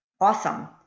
awesome